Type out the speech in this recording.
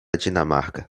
dinamarca